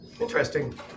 interesting